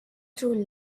through